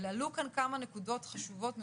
אבל עלו כאן כמה נקודות חשובות מאוד.